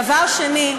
דבר שני,